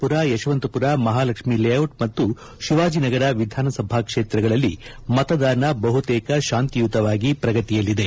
ಪುರ ಯಶವಂತಪುರ ಮಹಾಲಕ್ಷ್ಮಿಲೇಔಟ್ ಮತ್ತು ಶಿವಾಜಿನಗರ ವಿಧಾನಸಭಾ ಕ್ಷೇತ್ರಗಳಲ್ಲಿ ಮತದಾನ ಬಹುತೇಕ ಶಾಂತಿಯುತವಾಗಿ ಪ್ರಗತಿಯಲ್ಲಿದೆ